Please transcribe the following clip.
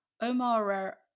Omar